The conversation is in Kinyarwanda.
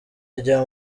ajya